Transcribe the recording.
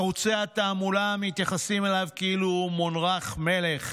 ערוצי התעמולה מתייחסים אליו כמונרך, מלך,